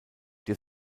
der